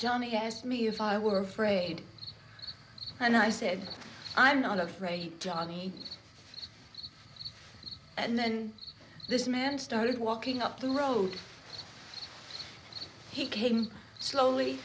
johnny asked me if i were afraid and i said i'm not afraid johnny and then this man started walking up the road he came slowly